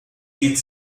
teach